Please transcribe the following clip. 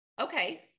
Okay